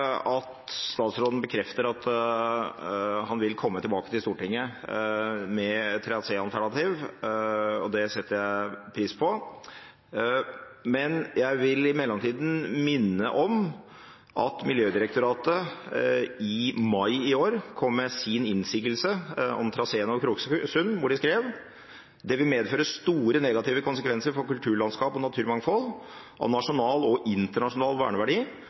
at statsråden bekrefter at han vil komme tilbake til Stortinget med et traséalternativ, og det setter jeg pris på. Men jeg vil i mellomtiden minne om at Miljødirektoratet i mai i år kom med sin innsigelse om traseen via Kroksund, hvor de skrev at det vil medføre store negative konsekvenser for kulturlandskap og naturmangfold av nasjonal og internasjonal verneverdi